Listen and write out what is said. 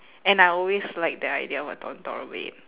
and I always like the idea of a bed